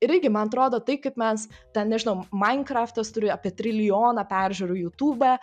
ir irgi mantrodo tai kaip mes ten nežinau mainkraftas turi apie trilijoną peržiūrų jūtūbe